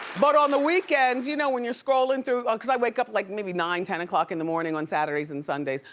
but on the weekends, you know when you're scrollin' through, cause i wake up like maybe nine, ten o'clock in the morning on saturdays and sunday,